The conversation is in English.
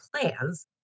plans